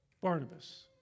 Barnabas